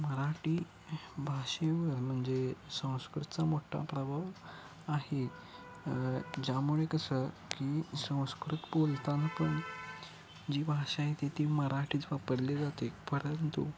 मराठी भाषेवर म्हणजे संस्कृतचा मोठा प्रभाव आहे ज्यामुळे कसं की संस्कृत बोलतानापण जी भाषा आहे तर ती मराठीच वापरली जाते परंतु